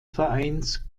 vereins